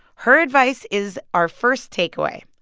her advice is our first takeaway,